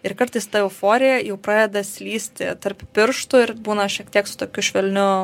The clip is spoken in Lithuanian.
ir kartais ta euforija jau pradeda slysti tarp pirštų ir būna šiek tiek su tokiu švelniu